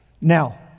Now